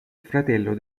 fratello